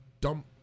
dump